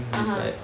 (uh huh)